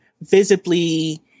visibly